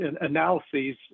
analyses